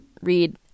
read